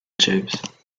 tubes